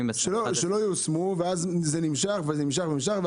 --- שלא יושמו ואז זה נמשך ונמשך ונמשך.